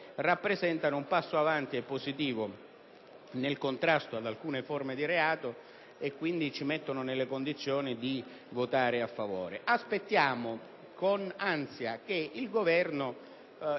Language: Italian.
rappresentano però un passo avanti e positivo nel contrasto ad alcune forme di reato e, quindi, ci mettono nella condizione di votare a favore. Aspettiamo con ansia che il Governo